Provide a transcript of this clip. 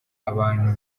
abantu